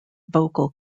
vocal